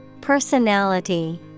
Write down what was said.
Personality